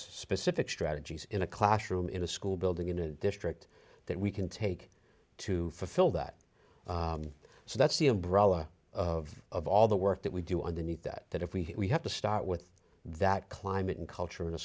specific strategies in a classroom in a school building in a district that we can take to fulfill that so that's the umbrella of of all the work that we do underneath that that if we have to start with that climate and culture in a